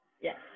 Yes